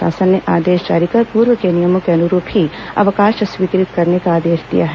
शासन ने आदेश जारी कर पूर्व के नियमों के अनुरूप ही अवकाश स्वीकृत करने का आदेश दिया है